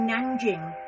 Nanjing